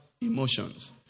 emotions